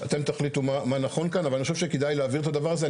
אתם תחליטו מה נכון כאן אבל אני חושב שכדאי להבהיר את הדבר הזה.